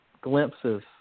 glimpses